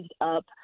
up